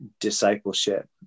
discipleship